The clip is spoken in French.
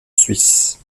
suisse